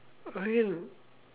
I mean